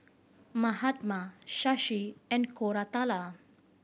Mahatma Shashi and Koratala